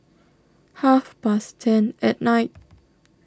half past ten at night